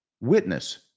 witness